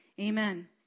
Amen